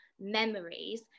memories